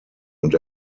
und